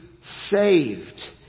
saved